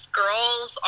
girls